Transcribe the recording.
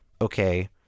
okay